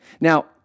Now